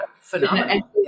Phenomenal